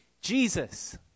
Jesus